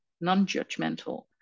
non-judgmental